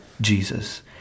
Jesus